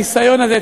הניסיון הזה,